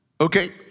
okay